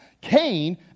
Cain